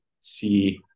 see